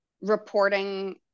reporting